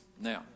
Now